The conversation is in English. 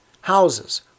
houses